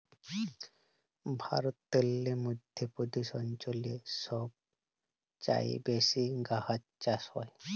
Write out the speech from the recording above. ভারতেল্লে মধ্য প্রদেশ অঞ্চলে ছব চাঁঁয়ে বেশি গাহাচ চাষ হ্যয়